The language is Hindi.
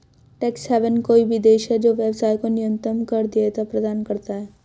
टैक्स हेवन कोई भी देश है जो व्यवसाय को न्यूनतम कर देयता प्रदान करता है